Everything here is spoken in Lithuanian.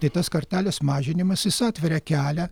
tai tas kartelės mažinimas jis atveria kelią